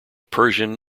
persian